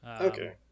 Okay